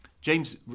James